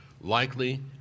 Likely